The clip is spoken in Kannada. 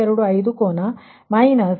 18 ಕೋನ 116